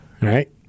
right